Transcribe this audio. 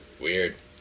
Weird